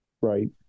Right